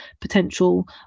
potential